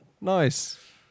Nice